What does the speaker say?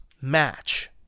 match